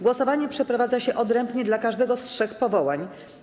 Głosowanie przeprowadza się odrębnie dla każdego z trzech powołań.